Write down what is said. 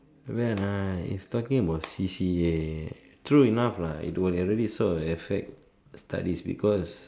well I if talking about C_C_A true enough lah will really so affect studies because